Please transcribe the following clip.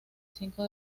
cinco